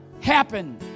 happen